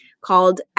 called